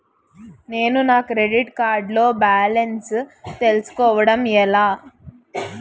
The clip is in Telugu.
నేను నా క్రెడిట్ కార్డ్ లో బాలన్స్ తెలుసుకోవడం ఎలా?